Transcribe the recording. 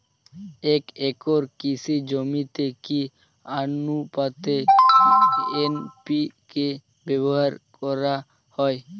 এক একর কৃষি জমিতে কি আনুপাতে এন.পি.কে ব্যবহার করা হয়?